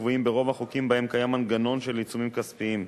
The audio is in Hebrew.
הקבועים ברוב החוקים שבהם קיים מנגנון של עיצומים כספיים.